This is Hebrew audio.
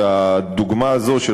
והדוגמה הזאת,